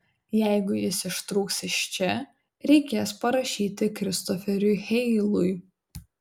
jeigu jis ištrūks iš čia reikės parašyti kristoferiui heilui